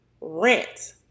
rent